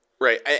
Right